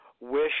wish